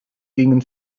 gingen